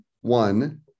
one